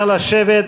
נא לשבת.